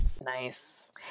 Nice